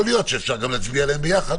יכול להיות שאפשר להצביע עליהן ביחד.